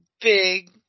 big